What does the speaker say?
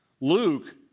Luke